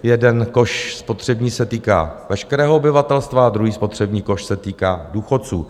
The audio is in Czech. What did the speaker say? Jeden koš spotřební se týká veškerého obyvatelstva a druhý spotřební koš se týká důchodců.